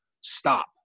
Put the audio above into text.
stop